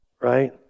Right